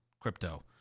crypto